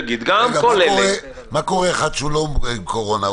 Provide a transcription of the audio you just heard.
מה קורה עם מישהו שהוא לא חולה קורונה,